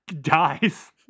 dies